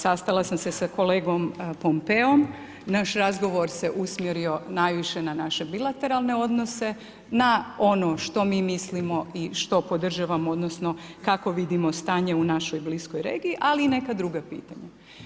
Sastala sam se sa kolegom Pompeom, naš razgovor se usmjerio najviše na naše bilateralne odnose, na ono što mi mislimo i što podržavamo odnosno kako vidimo stanje u našoj bliskoj regiji ali i neka druga pitanja.